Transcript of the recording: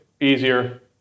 easier